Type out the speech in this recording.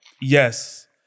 yes